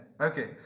Okay